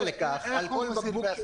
איך כל בקבוק?